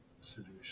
solution